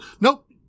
nope